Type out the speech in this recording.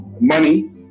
money